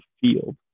field